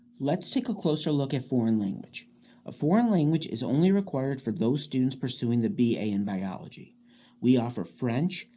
let's take a closer look at foreign language a foreign language is only required for those students pursuing the b a. in biology we offer french,